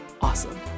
Awesome